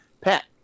Pat